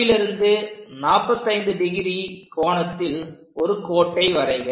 Fலிருந்து 45° ஒரு கோட்டை வரைக